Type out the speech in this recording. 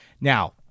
Now